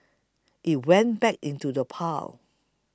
it went back into the pile